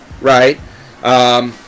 right